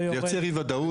זה יוצא אי וודאות,